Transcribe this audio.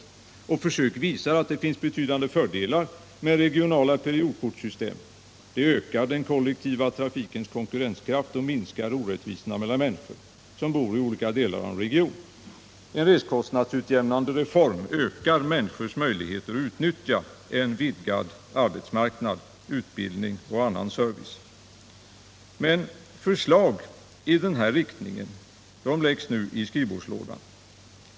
Försök som gjorts visar också att det finns betydande fördelar med ett system med regionala periodkort; det ökar den kollektiva trafikens kon kurrenskraft och minskar orättvisorna mellan människor som bor i olika delar av en region. En reskostnadsutjämnande reform ökar människors möjligheter att utnyttja en vidgad arbetsmarknad, utbildning och annan service. Men förslag i denna riktning läggs nu i skrivbordslådan.